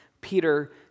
Peter